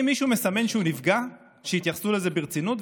אם מישהו מסמן שהוא נפגע, שיתייחסו לזה ברצינות.